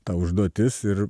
ta užduotis ir